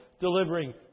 delivering